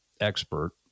expert